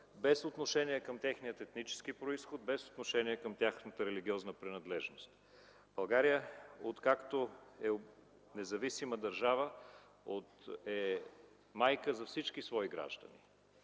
без отношение към техния етнически произход и към тяхната религиозна принадлежност. България, откакто е независима държава, е майка за всички свои граждани.